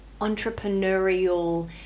entrepreneurial